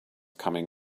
coming